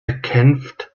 erkämpft